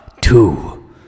two